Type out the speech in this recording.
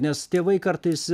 nes tėvai kartais